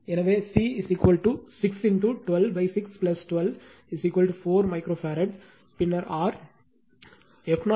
எனவே C 6 126 12 4 micro farad